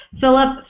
Philip